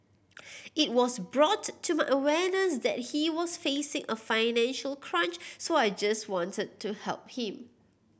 it was brought to my awareness that he was facing a financial crunch so I just wanted to help him